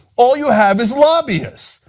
all you have is lobbyists.